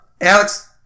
Alex